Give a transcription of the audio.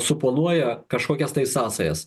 suponuoja kažkokias tai sąsajas